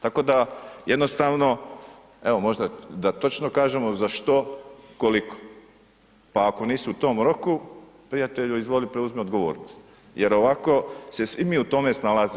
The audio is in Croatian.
Tako da jednostavno, evo možda da točno kažemo za što, koliko, pa ako nisu u tom roku, prijatelju izvoli preuzmi odgovornost jer ovako se svi mi u tome snalazimo.